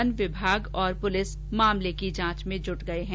one विभाग और police मामले की जांच में जुटे हैं